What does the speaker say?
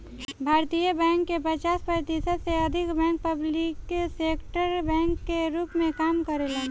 भारतीय बैंक में पचास प्रतिशत से अधिक बैंक पब्लिक सेक्टर बैंक के रूप में काम करेलेन